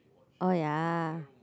oh ya